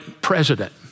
president